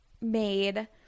made